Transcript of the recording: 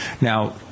Now